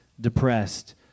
depressed